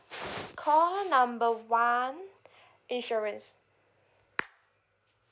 call number one insurance